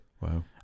Wow